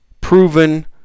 proven